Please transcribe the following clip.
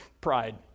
pride